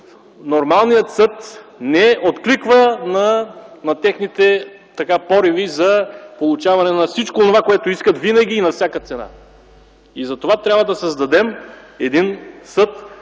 нормалният съд не откликва на техните пориви за получаване на всичко онова, което искат винаги и на всяка цена. Затова трябва да създадем един съд,